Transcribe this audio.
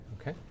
okay